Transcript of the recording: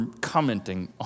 commenting